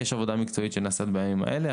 יש עבודה מקצועית שנעשית בימים האלה.